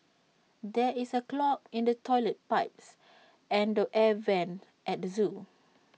there is A clog in the Toilet Pipe and the air Vents at the Zoo